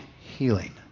healing